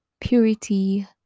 purity